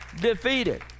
defeated